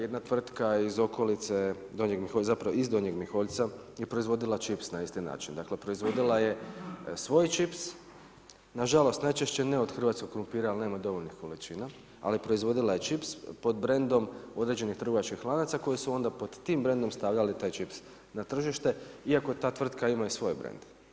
Jedna tvrtka iz Donjeg Miholjca je proizvodila čips na isti način, dakle proizvodila je svoj čips, nažalost najčešće ne od hrvatskog krumpira jer nema dovoljnih količina, ali proizvodila je čips pod brendom određenih trgovačkih lanaca koji su onda pod tim brendom stavljali taj čips na tržište, iako ta tvrtka ima i svoj brend.